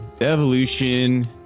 evolution